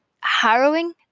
harrowing